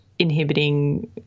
inhibiting